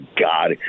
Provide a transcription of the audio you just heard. God